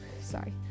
sorry